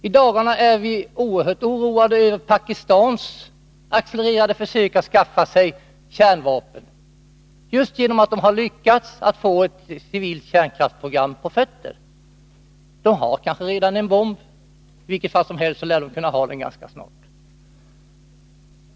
I dagarna är vi oerhört oroade över Pakistans accelererade försök att skaffa sig kärnvapen just därför att man har lyckats få ett civilt kärnkraftsprogram på fötter. Man har kanske redan en bomb; i vilket fall som helst lär man kunna ha den ganska snart.